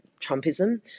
Trumpism